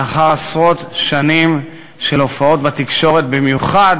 לאחר עשרות שנים של הופעות בתקשורת, במיוחד